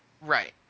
Right